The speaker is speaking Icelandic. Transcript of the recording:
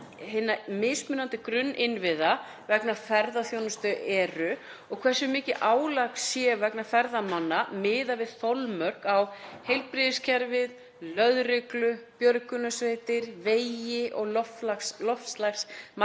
hinna mismunandi grunninnviða vegna ferðaþjónustu eru og hversu mikið álag er vegna ferðamanna miðað við þolmörk á heilbrigðiskerfið, lögreglu, björgunarsveitir, vegi og loftslagsmarkmið